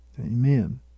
Amen